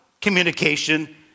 communication